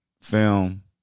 film